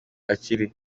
akiri